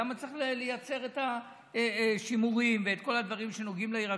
למה צריך לייצר את השימורים ואת כל הדברים שנוגעים לירקות?